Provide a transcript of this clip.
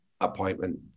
appointment